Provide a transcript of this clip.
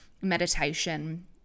meditation